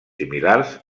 similars